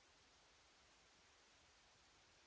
Grazie